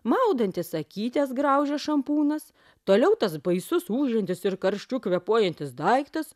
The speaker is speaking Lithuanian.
maudantis akytes graužia šampūnas toliau tas baisus ūžiantis ir karščiu kvėpuojantis daiktas